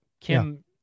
Kim